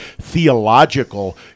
theological